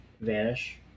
vanish